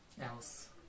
else